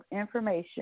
information